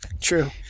true